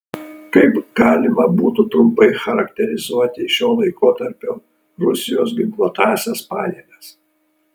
kaip galima būtų trumpai charakterizuoti šio laikotarpio rusijos ginkluotąsias pajėgas